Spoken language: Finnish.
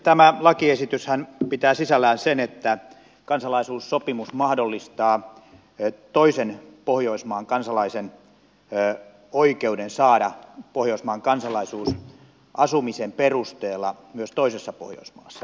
tämä lakiesityshän pitää sisällään sen että kansalaisuussopimus mahdollistaa toisen pohjoismaan kansalaisen oikeuden saada pohjoismaan kansalaisuus asumisen perusteella myös toisessa pohjoismaassa